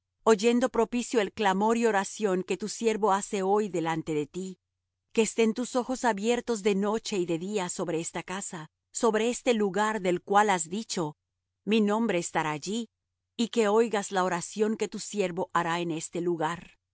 oyendo propicio el clamor y oración que tu siervo hace hoy delante de ti que estén tus ojos abiertos de noche y de día sobre esta casa sobre este lugar del cual has dicho mi nombre estará allí y que oigas la oración que tu siervo hará en este lugar